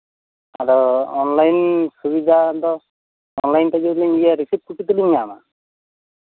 ᱟᱫᱚ ᱚᱱᱞᱟᱭᱤᱱ ᱥᱩᱵᱤᱫᱷᱟ ᱫᱚ ᱚᱱᱟᱭᱤᱱ ᱛᱮ ᱡᱚᱫᱤ ᱞᱤᱧ ᱮᱢᱟ ᱨᱤᱥᱤᱯ ᱠᱚᱯᱤᱞᱤᱧ ᱧᱟᱢᱟ